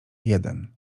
jeden